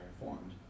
informed